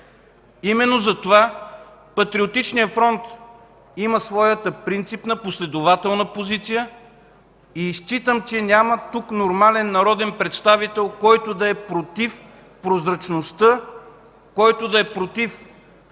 Именно затова Патриотичният фронт има своята принципна и последователна позиция, и считам, че тук няма нормален народен представител, който да е против прозрачността, който да е против това